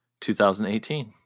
2018